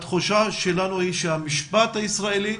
התחושה שלנו היא שהמשפט הישראלי,